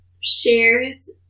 shares